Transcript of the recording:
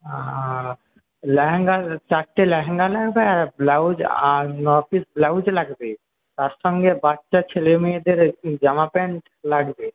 আর লেহেঙ্গা চারটে লেহেঙ্গা লাগবে আর ব্লাউজ আট ন পিস ব্লাউজ লাগবে তার সঙ্গে বাচ্চা ছেলে মেয়েদের একটু জামা প্যান্ট লাগবে